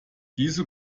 diese